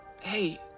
hey